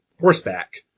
horseback